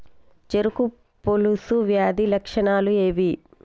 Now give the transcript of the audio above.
చెరుకు పొలుసు వ్యాధి లక్షణాలు ఏవి?